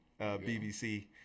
BBC